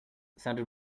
sounded